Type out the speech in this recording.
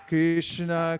Krishna